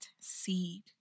seed